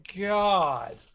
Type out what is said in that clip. god